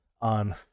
On